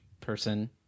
person